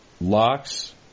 Locks